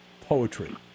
poetry